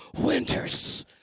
winters